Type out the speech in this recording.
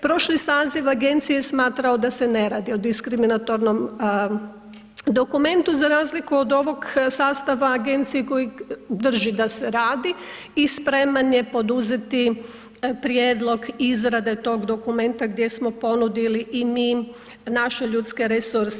Prošli saziv agencije je smatrao da se ne radi o diskriminatornom dokumentu za razliku od ovog sastava agencije koji drži da se radi i spreman je poduzeti prijedlog izrade tog dokumenta gdje smo ponudili i mi naše ljudske resurse.